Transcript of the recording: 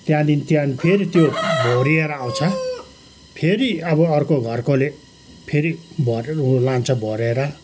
त्यहाँदेखि त्यहाँ फेरि त्यो भरिएर आउँछ फेरि अब अर्को घरकोले फेरि भरेर लान्छ भरेर